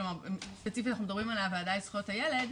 כלומר ספציפית אנחנו מדברים על הוועדה לזכויות הילד,